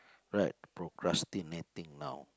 right procrastinating now